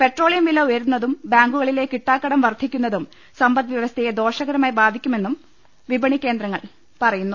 petro ളിയം വില ഉയരുന്നതും ബാങ്കുകളിലെ കിട്ടാക്കടം വർദ്ധിക്കു ന്നതും സമ്പദ് വൃവസ്ഥയെ ദോഷകരമായി ബാധിച്ചേക്കുമെന്നും വിപണി കേന്ദ്രങ്ങൾ പറയുന്നു